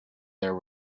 there